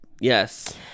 Yes